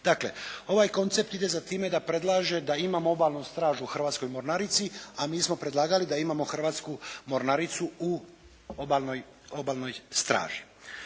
Dakle ovaj koncept ide za time da predlaže da imamo Obalnu stražu u Hrvatskoj mornarici, a mi smo predlagali da imamo Hrvatsku mornaricu u Obalnoj straži.